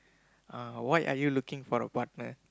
uh why are you looking for a partner